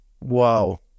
wow